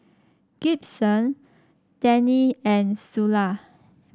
Gibson Dannie and Sula